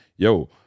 Yo